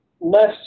less